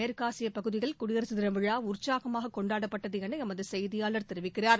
மேற்காசிய பகுதியில் குடியரசு தினவிழா உற்சாகமாக கொண்டாடப்பட்டது என எமது செய்தியாளர் தெரிவிக்கிறார்